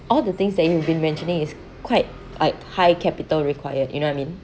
all the things that you've been mentioning is quite like high capital required you know what I mean